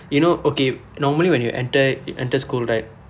you know okay normally when you enter enter school right